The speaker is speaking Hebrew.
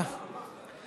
בבקשה.